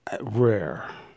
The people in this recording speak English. Rare